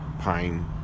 pine